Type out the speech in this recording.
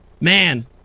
Man